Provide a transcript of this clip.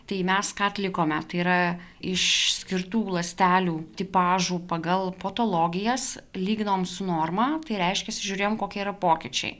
tai mes ką atlikome tai yra išskirtų ląstelių tipažų pagal patologijas lyginom su norma tai reiškia žiūrėjom kokie yra pokyčiai